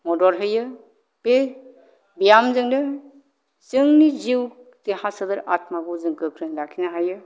मदद होयो बे ब्यामजोंनो जोंनि जिउ देहा सोलेर आत्माखौ जों गोख्रों लाखिनो हायो